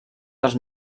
dels